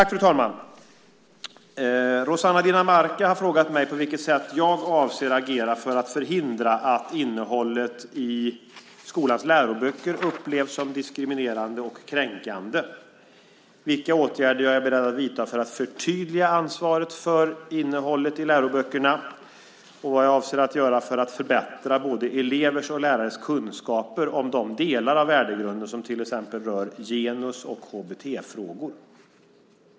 Fru talman! Rossana Dinamarca har frågat mig på vilket sätt jag avser att agera för att förhindra att innehållet i skolans läroböcker upplevs som diskriminerande och kränkande, vilka åtgärder jag är beredd att vidta för att förtydliga ansvaret för innehållet i läroböckerna och vad jag avser att göra för att förbättra både elevers och lärares kunskaper om de delar av värdegrunden som till exempel rör genus och HBT-frågor.